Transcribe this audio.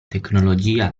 tecnologia